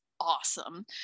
awesome